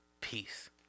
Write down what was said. Peace